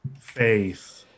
Faith